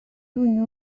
two